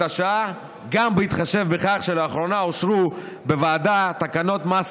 השעה גם בהתחשב בכך שלאחרונה אושרו בוועדה תקנות מס